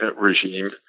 regime